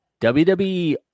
WWE